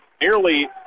Nearly